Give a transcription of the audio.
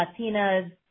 Latinas